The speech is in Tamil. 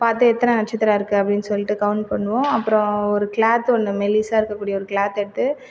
பார்த்து எத்தனை நட்சத்திரம் இருக்குது அப்படினு சொல்லிட்டு கவுண்ட் பண்ணுவோம் அப்புறம் ஒரு க்ளாத் ஒன்று மெல்லிசாக இருக்கக்கூடிய க்ளாத் எடுத்து